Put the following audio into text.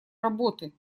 работы